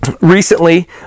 Recently